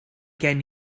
gen